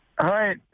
Hi